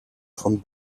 von